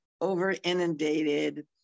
over-inundated